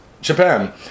Japan